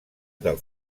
del